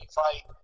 fight